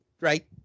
right